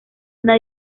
una